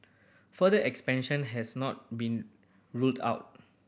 further expansion has not been ruled out